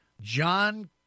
John